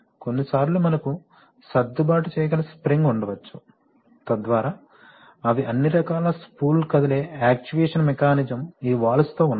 కొన్నిసార్లు మనకు సర్దుబాటు చేయగల స్ప్రింగ్ ఉండవచ్చు తద్వారా అవి అన్ని రకాల స్పూల్ కదిలే యాక్చుయేషన్ మెకానిజం ఈ వాల్వ్తో ఉన్నాయి